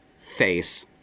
face